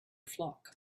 flock